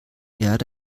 erde